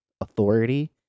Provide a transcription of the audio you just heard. authority